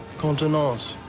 Contenance